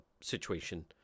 situation